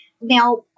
Now